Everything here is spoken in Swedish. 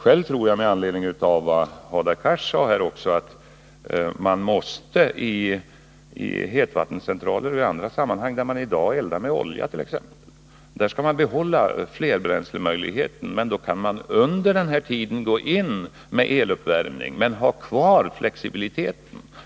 Själv tror jag, med anledning av vad Hadar Cars sade här, också att man i hetvattencentraler och i andra sammanhang där man i dag eldar med olja måste behålla flerbränslemöjligheten. Då kan man under den här tiden gå in med eluppvärmning men ha kvar flexibiliteten.